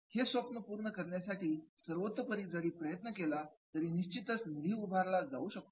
हे स्वप्न पूर्ण करण्यासाठी सर्वतोपरी जर प्रयत्न केला तर निश्चितच निधी उभारला जाऊ शकतो